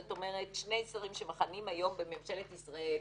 זאת אומרת, שני שרים שמכהנים היום בממשלת ישראל,